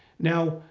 now,